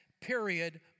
period